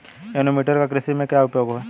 Anemometer का कृषि में क्या उपयोग है?